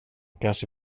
kanske